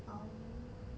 orh